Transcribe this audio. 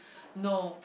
no